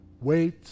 wait